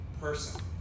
person